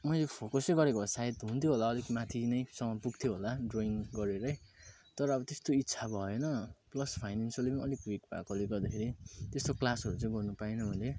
मैले फोकसै गरेको भए सायद हुन्थ्यो होला अलिक माथि नै सम्म पुग्थ्यो होला ड्रइङ करियर है तर अब त्यस्तो इच्छा भएन प्लस फाइनेन्सियली पनि अलिक विक भएकोले गर्दाखेरि त्यस्तो क्लासहरू चाहिँ गर्नु पाइनँ मैले